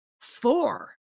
four